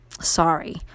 sorry